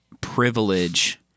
privilege